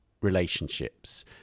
relationships